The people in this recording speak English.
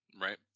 Right